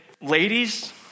ladies